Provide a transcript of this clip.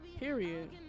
Period